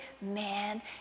man